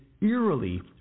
eerily